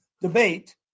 debate